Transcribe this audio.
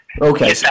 Okay